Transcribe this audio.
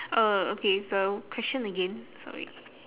uh okay so question again sorry